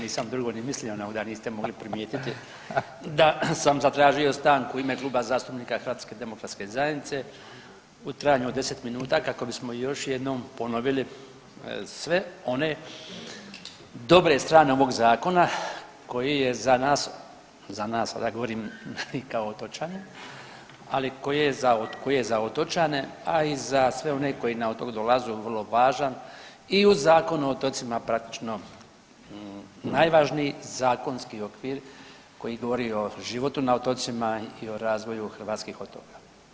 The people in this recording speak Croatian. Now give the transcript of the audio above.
Nisam drugo ni mislio na ovo da niste mogli primijetiti da sam zatražio stanku u ime Kluba zastupnika HDZ-a u trajanju od 10 minuta kako bismo još jednom ponovili sve one dobre strane ovog zakona koji je za nas, za nas, ovdje govorim kao otočane, ali koji je za otočane, a i za sve one koji na otok dolazu vrlo važan i u Zakonu o otocima praktično najvažniji zakonski okvir koji govori o životu na otocima i o razvoju hrvatskih otoka.